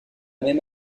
même